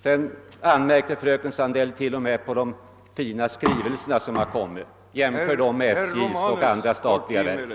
Sedan anmärkte fröken «Sandell t.o.m. på de fina skrivelser som sänts ut. Jämför dem med SJ:s och andra statliga verks!